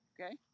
okay